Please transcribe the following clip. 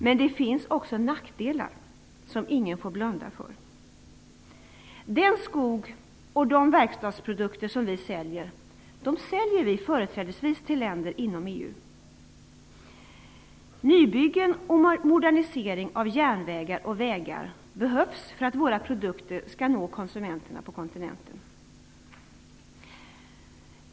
Men det finns också nackdelar som ingen får blunda för. Den skog och de verkstadsprodukter som vi säljer säljer vi företrädesvis till länder inom EU. Nybyggen och modernisering av järnvägar och vägar behövs för att våra produkter skall nå konsumenterna på kontinenten.